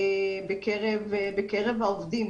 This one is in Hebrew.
בקרב העובדים,